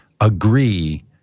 agree